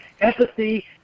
empathy